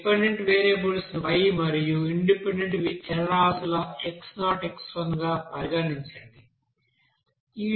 dependent వేరియబుల్ను y మరియు independent చరరాశులు x0 x1 గా పరిగణించండి